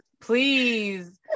Please